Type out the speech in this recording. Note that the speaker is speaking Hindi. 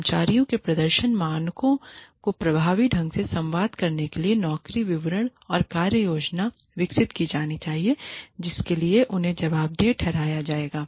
कर्मचारियों के प्रदर्शन मानकों को प्रभावी ढंग से संवाद करने के लिए नौकरी विवरण और कार्य योजना विकसित की जानी चाहिए जिसके लिए उन्हें जवाबदेह ठहराया जाएगा